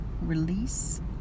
release